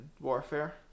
warfare